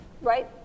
right